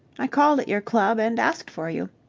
i called at your club and asked for you!